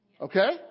Okay